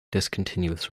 discontinuous